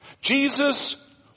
Jesus